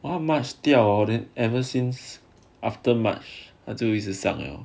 oh march 掉 hor then ever since after march until 就一直上了